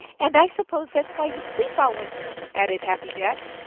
and i suppose that is why you sleep all winter, added happy jack.